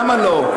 למה לא?